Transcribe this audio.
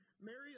Mary